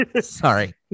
Sorry